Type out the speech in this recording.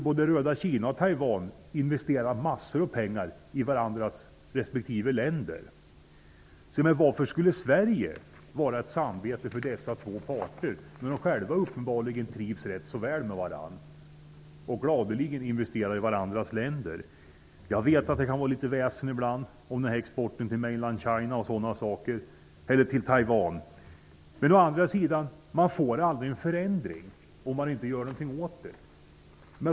Både röda Kina och Taiwan investerar massor av pengar i varandras länder. Varför skulle då Sverige vara dessa två parters samvete, när de själva uppenbarligen trivs rätt så väl med varandra. De investerar ju gladeligen i varandras länder. Jag vet att det kan förekomma litet väsen ibland om exporten till Taiwan. Men det blir aldrig någon förändring om ingenting görs.